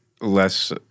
less